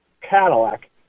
Cadillac